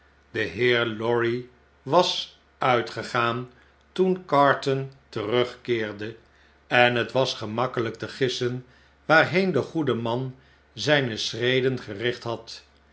de heer lorry was uitgegaan toen carton terugkeerde en het was gemakkelp te gissen waarheen de goede man zyne schreden gericht had